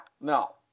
No